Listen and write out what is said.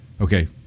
Okay